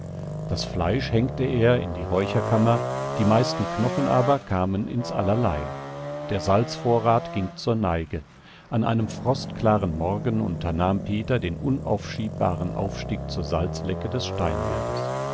das fleisch hängte er in die räucherkammer die meisten knochen aber kamen ins allerlei der salzvorrat ging zur neige an einem frostklaren morgen unternahm peter den unaufschiebbaren aufstieg zur salzlecke des